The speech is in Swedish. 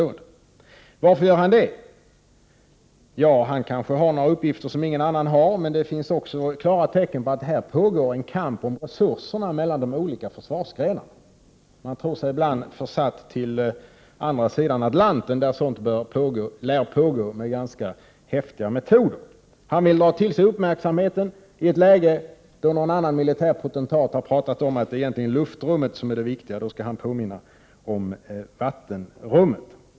Varför gör han det? Ja, han kanske har några uppgifter som ingen annan har, men det finns också klara tecken på att här pågår en kamp om resurserna mellan de olika försvarsgrenarna. Man tror sig ibland försatt till andra sidan Atlanten, där sådant lär pågå med ganska häftiga metoder. Han vill dra till sig uppmärksamheten i ett läge när någon annan militär potentat har pratat om att det är egentligen luftrummet som är det viktiga. Då skall marinchefen påminna om vattenrummet.